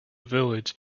villages